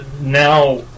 now